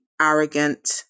arrogant